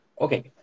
Okay